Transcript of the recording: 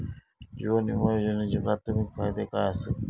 जीवन विमा योजनेचे प्राथमिक फायदे काय आसत?